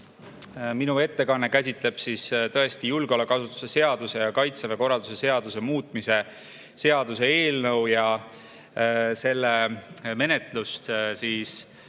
Minu ettekanne käsitleb tõesti julgeolekuasutuste seaduse ja Kaitseväe korralduse seaduse muutmise seaduse eelnõu ja selle menetlust teise